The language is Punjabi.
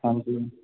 ਹਾਂਜੀ